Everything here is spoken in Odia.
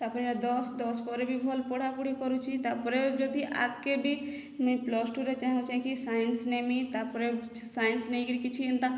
ତା ପରେ ଦଶ ଦଶ ପରେ ବି ଭଲ ପଢ଼ାପଢ଼ି କରୁଛି ତା ପରେ ଯଦି ଆଗ୍କେ ବି ମୁଇଁ ପ୍ଲସ ଟୁରେ ଚାହୁଁଛେକି ସାଇନ୍ସ ନେମି ତା ପରେ ସାଇନ୍ସ ନେଇ କରି କିଛି ଏନ୍ତା